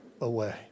away